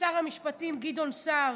לשר המשפטים גדעון סער,